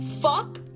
Fuck